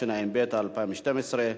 התשע"ב 2012,